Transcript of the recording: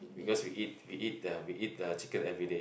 because we eat we eat the we eat the chicken everyday